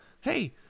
hey